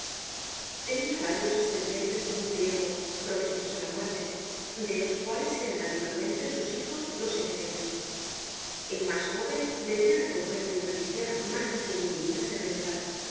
tenia varios ascendientes muy viejos próximos á la muerte de los cuales eran naturalmente sus hijos los herederos el mas jóven debia recoger de una tia mas de cien mil libras de renta